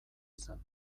izan